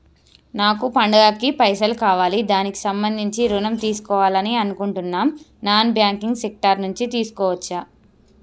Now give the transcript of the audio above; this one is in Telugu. నాకు పండగ కి పైసలు కావాలి దానికి సంబంధించి ఋణం తీసుకోవాలని అనుకుంటున్నం నాన్ బ్యాంకింగ్ సెక్టార్ నుంచి తీసుకోవచ్చా?